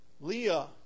Leah